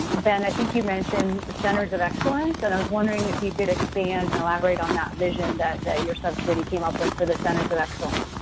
ben, i think you mentioned the centers of excellence, and i was wondering if you could expand and elaborate on that vision that your subcommittee came up with for the centers of excellence.